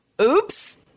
Oops